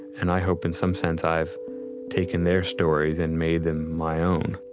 and i hope in some sense i've taken their stories and made them my own